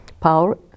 power